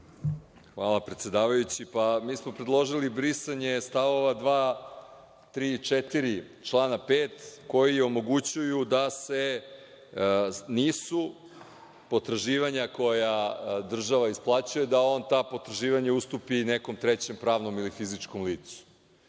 Hvala. Mi smo predložili brisanje st. 2, 3. i 4. člana 5. koji omogućuju da se nisu potraživanja koja država isplaćuje, da on ta potraživanja ustupi nekom trećem pravnom ili fizičkom licu. Ono